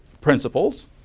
principles